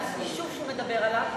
עם היישוב שהוא מדבר עליו,